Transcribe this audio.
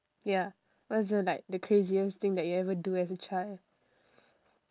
ya what's the like the craziest thing that you ever do as a child